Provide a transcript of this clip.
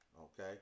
Okay